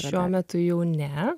šiuo metu jau ne